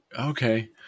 okay